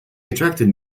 attracted